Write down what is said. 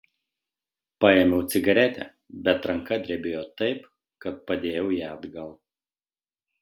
paėmiau cigaretę bet ranka drebėjo taip kad padėjau ją atgal